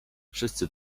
wszyscy